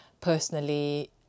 personally